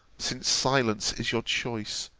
since silence is your choice,